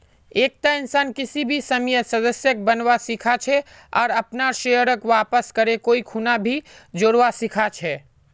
एकता इंसान किसी भी समयेत सदस्य बनवा सीखा छे आर अपनार शेयरक वापस करे कोई खूना भी छोरवा सीखा छै